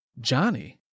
Johnny